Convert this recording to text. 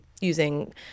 using